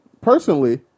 personally